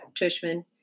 Tushman